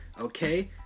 okay